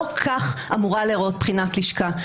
ולא כך אמורה להיראות בחינת לשכה.